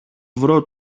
βρω